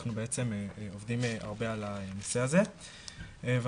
אנחנו בעצם עובדים הרבה על הנושא הזה ואנחנו